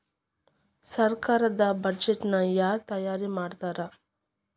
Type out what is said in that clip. ಸರ್ಕಾರದ್ ಬಡ್ಜೆಟ್ ನ ಯಾರ್ ತಯಾರಿ ಮಾಡ್ತಾರ್?